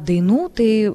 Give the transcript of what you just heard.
dainų tai